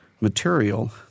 material